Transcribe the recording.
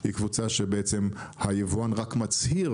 היא קבוצה שהיבואן רק מצהיר